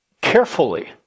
carefully